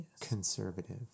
conservative